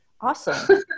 Awesome